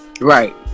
Right